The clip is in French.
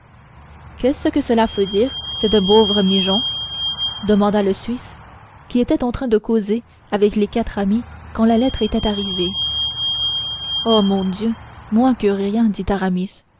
qu'est-ce que cela feut dire cette baufre migeon demanda le suisse qui était en train de causer avec les quatre amis quand la lettre était arrivée oh mon dieu moins que rien dit aramis